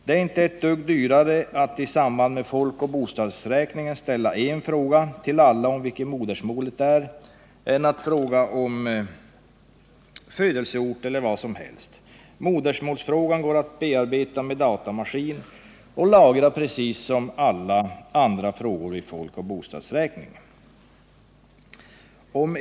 Bet är inte ett dugg dyrare att i samband med folkoch bostadsräkningen fråga alla vilket modersmål de har än att fråga om födelseort eller vad som helst. Modersmålsfrågan kan bearbetas med datamaskin och lagras precis som alla andra frågor vi får vid bostadsräkningen.